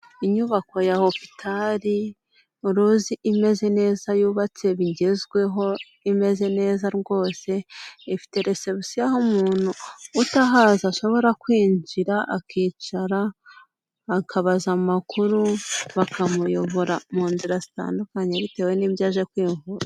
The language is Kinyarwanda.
Inyubako ya hopitari imeze neza yubatse bigezweho imeze neza rwose ifite resebusiyo umuntu utahazi ashobora kwinjira akicara akabaza amakuru bakamuyobora mu nzira zitandukanye bitewe n'ibyo aje kwivuza.